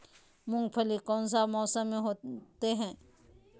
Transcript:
मूंगफली कौन सा मौसम में होते हैं?